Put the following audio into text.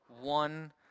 one